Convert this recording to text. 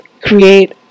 create